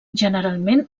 generalment